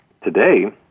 today